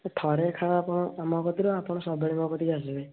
ଥରେ ଖାଅ ଆପଣ ଆମୋ କତିରୁ ଆପଣ ସବୁବେଳେ ମୋ କତିକୁ ଆସିବେ